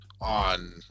on